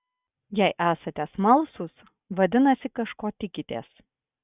jei esate smalsūs vadinasi kažko tikitės